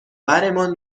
برمان